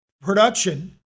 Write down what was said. production